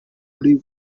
budage